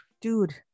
Dude